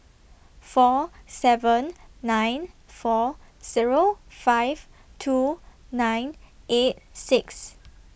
four seven nine four Zero five two nine eight six